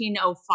1905